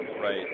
Right